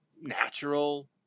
natural